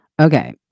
Okay